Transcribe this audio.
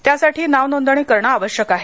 त्यासाठी नाव नोंदणी करण आवश्यक आहे